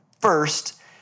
first